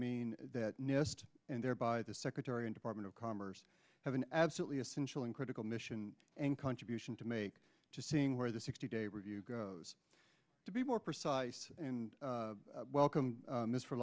mean that nist and thereby the secretary of department of commerce have an absolutely essential and critical mission and contribution to me just seeing where the sixty day review goes to be more precise and welcome